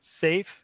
safe